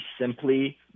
simply